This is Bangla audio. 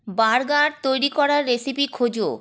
বার্গার তৈরি করার রেসিপি খোঁজো